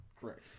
Correct